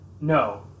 No